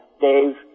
Dave